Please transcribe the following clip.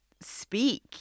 speak